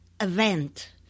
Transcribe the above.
event